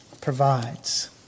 provides